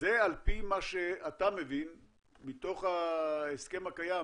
על פי מה שאתה מבין מתוך ההסכם הקיים,